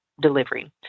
delivery